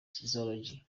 zoology